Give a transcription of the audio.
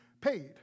paid